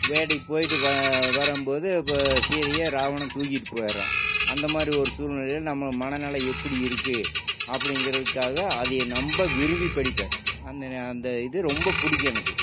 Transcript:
வேட்டைக்கு போய்ட்டு வரும் போது அப்போ சீதையை இராவணன் தூக்கிகிட்டு போயிடுறான் அந்தமாதிரி ஒரு சூழ்நெலையில் நம்ம மனநில எப்படி இருக்கு அப்படிங்கிறதுக்காக அதை ரொம்ப விரும்பி படிப்பேன் அந்த அந்த இது ரொம்ப பிடிக்கும் எனக்கு